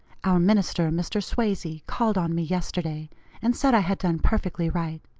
our minister, mr. swazey, called on me yesterday and said i had done perfectly right.